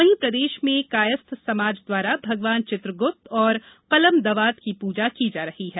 वहीं प्रदेश में कायस्थ समाज द्वारा भगवान चित्रगुप्त और कलम दवात की पूजा की जा रही है